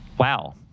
Wow